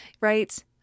Right